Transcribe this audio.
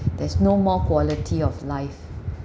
there's no more quality of life